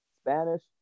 Spanish